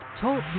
Talk